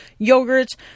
yogurts